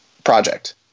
Project